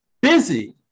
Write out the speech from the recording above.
busy